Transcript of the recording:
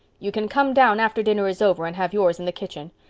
you can come down after dinner is over and have yours in the kitchen.